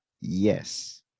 Yes